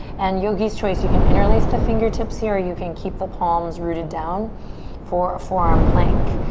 and yogi's choice, you can interlaced the fingertips here or you can keep the palms rooted down for a forearm plank.